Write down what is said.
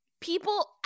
people